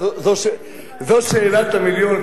זו שאלת המיליון,